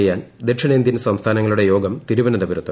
ചെയ്യാൻ ദക്ഷിണേന്തൃൻ സംസ്ഥാനങ്ങളുടെ യോഗം തിരുവന്തപുരത്ത്